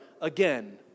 again